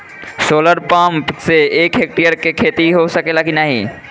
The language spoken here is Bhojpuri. सोलर पंप से एक हेक्टेयर क खेती हो सकेला की नाहीं?